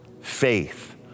faith